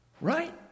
Right